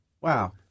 Wow